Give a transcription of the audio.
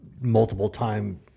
multiple-time